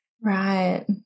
right